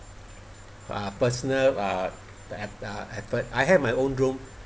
uh personal uh at the effort I have my own room